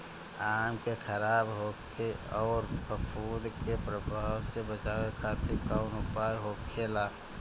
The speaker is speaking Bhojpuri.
आम के खराब होखे अउर फफूद के प्रभाव से बचावे खातिर कउन उपाय होखेला?